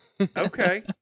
Okay